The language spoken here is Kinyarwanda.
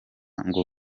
ngo